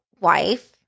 wife